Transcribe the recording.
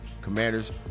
Commanders